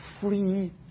free